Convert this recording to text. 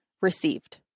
received